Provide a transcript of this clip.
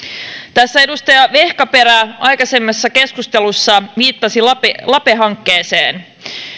tässä edustaja vehkaperä aikaisemmassa keskustelussa viittasi lape lape hankkeeseen